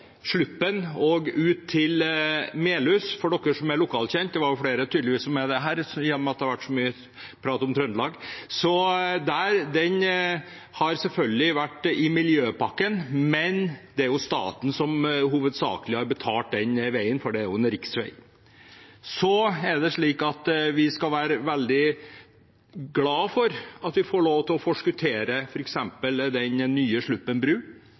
Sluppen og ut til Melhus, for dere som er lokalkjent – det er tydeligvis flere som er det her, i og med at det har vært så mye prat om Trøndelag. Den har selvfølgelig vært i miljøpakken, men det er staten som hovedsakelig har betalt veien, for det er jo en riksvei. Så skal vi være veldig glad for at vi får lov til å forskuttere f.eks. den nye Sluppen bru.